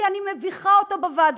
כי אני מביכה אותו בוועדות.